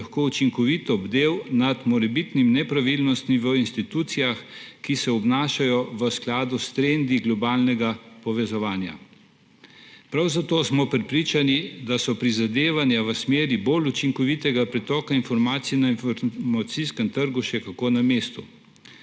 lahko učinkovito bdel nad morebitnimi nepravilnosti v institucijah, ki se obnašajo v skladu s trendi globalnega povezovanja. Prav zato smo prepričani, da so prizadevanja v smeri bolj učinkovitega pretoka informacij na informacijskem trgu še kako na mestu.